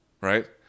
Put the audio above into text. right